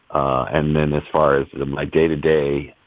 and then as far as my day-to-day,